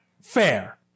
fair